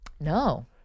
No